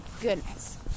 goodness